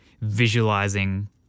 visualizing